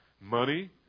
money